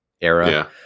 era